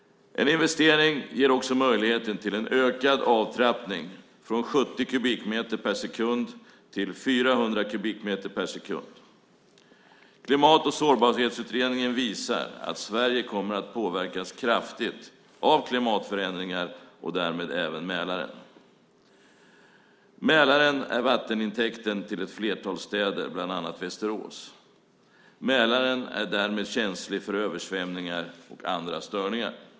En investering ger också möjlighet till en ökad avtappning, från 70 kubikmeter per sekund till 400 kubikmeter per sekund. Klimat och sårbarhetsutredningen visar att Sverige kraftigt kommer att påverkas av klimatförändringar och därmed även Mälaren. Mälaren är vattentäkt för ett flertal städer, bland annat Västerås. Mälaren är därmed känslig för översvämningar och andra störningar.